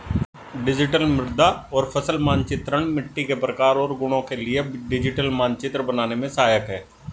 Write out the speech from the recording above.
digital मृदा और फसल मानचित्रण मिट्टी के प्रकार और गुणों के लिए डिजिटल मानचित्र बनाने में सहायक है